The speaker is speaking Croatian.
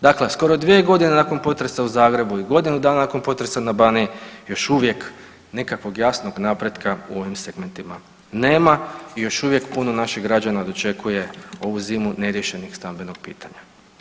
Dakle, skoro dvije godine nakon potresa u Zagrebu i godinu dana nakon potresa na Baniji još uvijek nikakvog jasnog napretka u ovim segmentima nema i još uvijek puno naših građana dočekuje ovu zimu neriješenog stambenog pitanja.